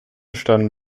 standen